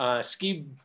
ski